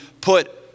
put